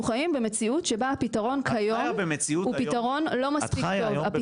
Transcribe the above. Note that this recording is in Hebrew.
אנחנו חיים במציאות שבה הפתרון כיום הוא פתרון לא מספיק טוב.